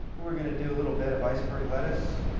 we are going to do a little bed of iceberg lettuce.